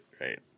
right